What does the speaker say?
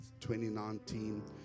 2019